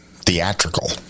theatrical